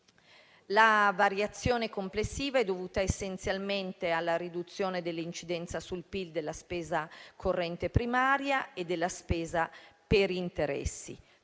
La variazione complessiva è dovuta essenzialmente alla riduzione dell'incidenza sul PIL della spesa corrente primaria e della spesa per interessi.